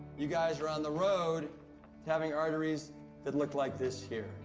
you guys are on the road to having arteries that look like this here.